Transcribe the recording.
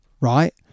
right